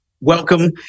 Welcome